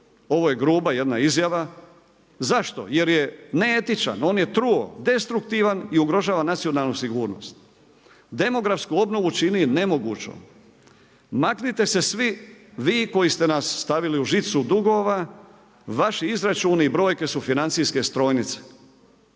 Ovo je gruba jedna izjava. Zašto? Jer je neetičan, on je truo, destruktivan i ugrožava nacionalnu sigurnost. Demografsku obnovu čini nemogućom. Maknite se svi vi koji ste nas stavili u žicu dugova, vaši izračuni i brojke su financijske strojnice.